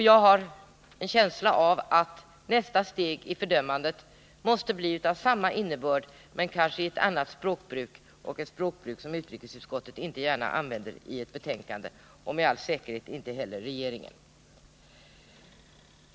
Jag har en känsla av att nästa steg i fördömandet måste bli av samma innebörd men kanske med ett annat språkbruk — ett språkbruk som utrikesutskottet inte gärna använder i ett betänkande, och med all säkerhet inte heller regeringen.